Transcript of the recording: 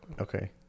Okay